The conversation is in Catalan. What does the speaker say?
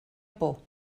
por